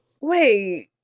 Wait